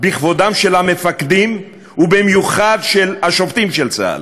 בכבודם של המפקדים ובמיוחד של השופטים של צה"ל: